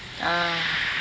ah